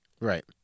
Right